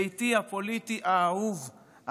ביתי הפוליטי האהוב,